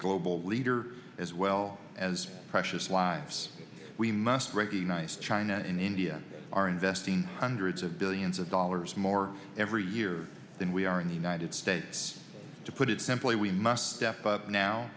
global leader as well as precious lives we must recognize china and india are investing hundreds of billions of dollars more every year than we are in the united states to put it simply we must step up now